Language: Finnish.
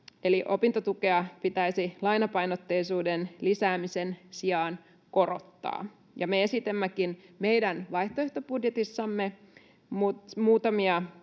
Eli opintotukea pitäisi lainapainotteisuuden lisäämisen sijaan korottaa. Me esitämmekin meidän vaihtoehtobudjetissamme muutamia